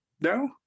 No